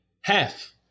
half